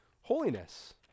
holiness